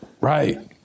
Right